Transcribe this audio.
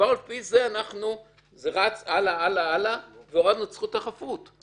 ולפי זה כבר רצים הלאה והלאה והורדנו את זכות החפות.